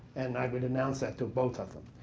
and i would announce that to both of them.